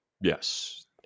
Yes